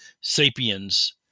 sapiens